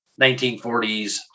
1940s